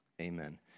amen